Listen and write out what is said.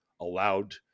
allowed